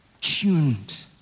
Tuned